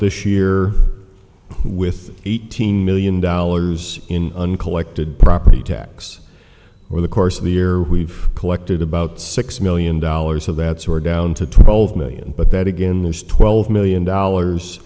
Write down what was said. this year with eighteen million dollars in uncollected property tax over the course of the year we've collected about six million dollars of that sword down to twelve million but that again there's twelve million dollars